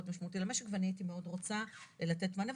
משמעותי למשק ואני הייתי מאוד רוצה לתת מענה.